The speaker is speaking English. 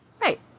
right